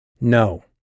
No